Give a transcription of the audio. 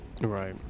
right